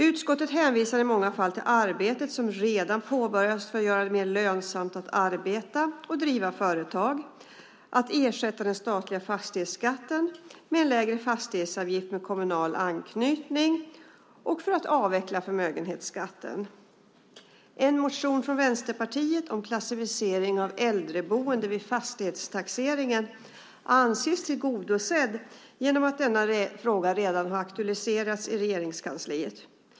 Utskottet hänvisar i många fall till arbetet som redan påbörjats för att göra det mer lönsamt att arbeta och driva företag, för att ersätta den statliga fastighetsskatten med en lägre fastighetsavgift med kommunal anknytning och för att avveckla förmögenhetsskatten. En motion från Vänsterpartiet om klassificering av äldreboende vid fastighetstaxeringen anses tillgodosedd genom att denna fråga redan har aktualiserats i Regeringskansliet.